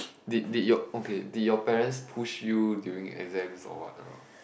did did your okay did your parents push you during exams or what not